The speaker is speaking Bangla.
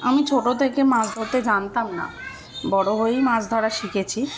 আমি ছোটো থেকে মাছ ধরতে জানতাম না বড়ো হয়েই মাছ ধরা শিখেছি